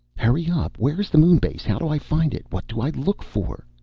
hurry up! where is the moon base? how do i find it? what do i look for?